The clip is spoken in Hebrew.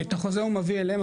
את החוזה הוא מביא אליהם,